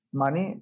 money